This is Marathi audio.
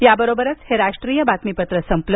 याबरोबरच हे राष्ट्रीय बातमीपत्र संपलं